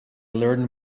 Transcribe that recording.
learn